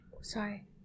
Sorry